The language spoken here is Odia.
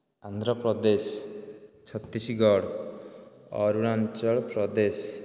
ଆନ୍ଧ୍ରପ୍ରଦେଶ ଛତିଶଗଡ଼ ଅରୁଣାଞ୍ଚଳ ପ୍ରଦେଶ